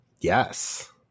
Yes